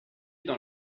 dans